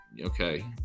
Okay